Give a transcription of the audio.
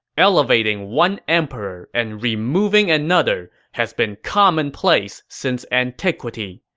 elevating one emperor and removing another has been commonplace since antiquity.